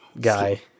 guy